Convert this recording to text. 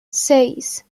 seis